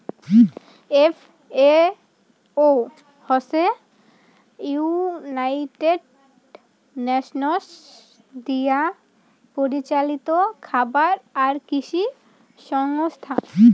FAO হসে United Nations দিয়াপরিচালিত খাবার আর কৃষি সংস্থা